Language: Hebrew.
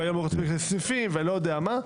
ואני לא יודע מה.